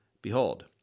Behold